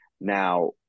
Now